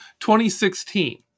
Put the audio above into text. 2016